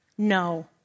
No